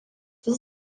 vis